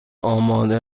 آماده